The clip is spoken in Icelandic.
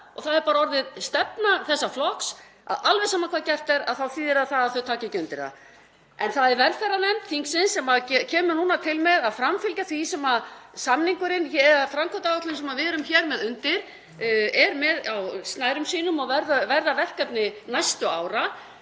Það er bara orðin stefna þessa flokks að alveg sama hvað gert er þá þýðir það að þau taka ekki undir það. En það er velferðarnefnd þingsins sem kemur til með að framfylgja því sem framkvæmdaáætlunin sem við erum hér með undir er með á snærum sínum og verður verkefni næstu ára.